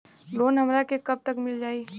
Loan हमरा के कब तक मिल जाई?